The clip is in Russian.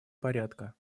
порядка